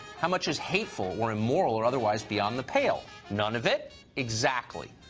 how much is hateful or immoral or otherwise beyond the pale? none of it? exactly!